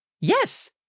Yes